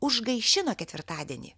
užgaišino ketvirtadienį